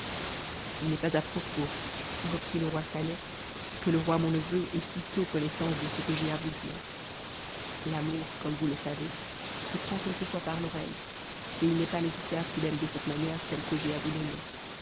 h n'est pas à propos reprit le roi sateh que le roi mon neveu ait si tôt connaissance de ce que j'ai à vous dire l'amour comme vous le savez se prend quelquefois par l'oreille et il n'est pas nécessaire qu'il aime de cette manière celle que j'ai à vous nommer